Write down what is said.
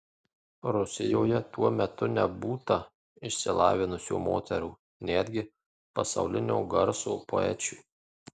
rusijoje tuo metu nebūta išsilavinusių moterų netgi pasaulinio garso poečių